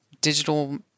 digital